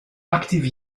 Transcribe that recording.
active